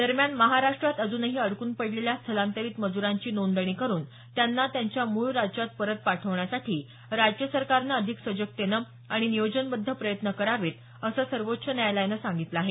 दरम्यान महाराष्ट्रात अजूनही अडकून पडलेल्या स्थलांतरित मज्रांची नोंदणी करुन त्यांना त्यांच्या मूळ राज्यात परत पाठवण्यासाठी राज्य सरकारनं अधिक सजगतेनं आणि नियोजनबद्ध प्रयत्न करावेत असं सर्वोच्च न्यायालयानं सांगितलं आहे